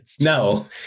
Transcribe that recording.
No